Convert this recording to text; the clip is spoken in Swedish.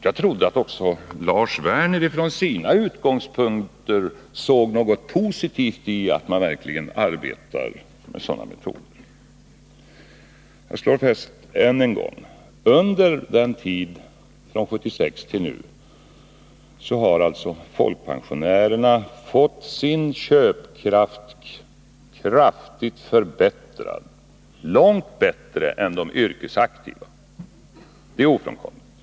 Jag trodde att också Lars Werner från sina utgångspunkter såg något positivt i att man verkligen arbetar med sådana metoder. Jag slår än en gång fast: Under tiden från 1976 fram till nu har folkpensionärerna fått sin köpkraft kraftigt förbättrad, långt kraftigare än de yrkesaktivas. Det är ett ofrånkomligt faktum.